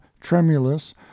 tremulous